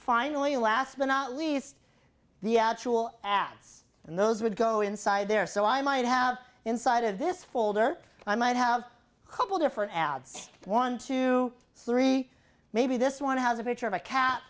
finally last but not least the actual ads and those would go inside there so i might have inside of this folder i might have a couple different ads one two three maybe this one has a picture of a ca